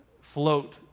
float